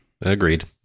Agreed